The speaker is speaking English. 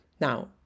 Now